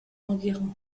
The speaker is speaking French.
enguerrand